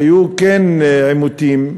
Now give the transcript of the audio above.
עימותים,